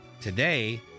Today